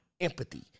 Empathy